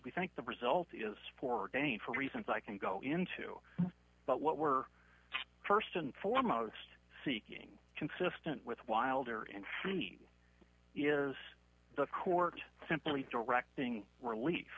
we think the result is for gain for reasons i can go into but what we're st and foremost seeking consistent with wilder and seen is the court simply directing relief